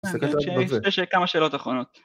סתכל גם בזה.. שיש כמה שאלות אחרונות.